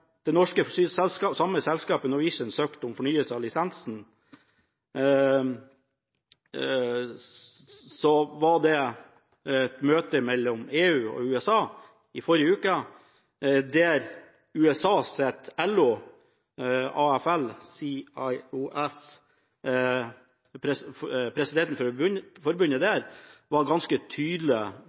samme norske selskapet, Norwegian, søkte om fornyelse av lisensen, var det et møte mellom EU og USA, i forrige uke, der presidenten i USAs LO, AFL-CIO, var ganske tydelig på hva han mente om det. Han var